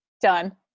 done